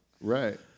right